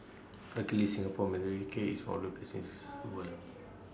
luckily Singapore's maternity care is one of the things world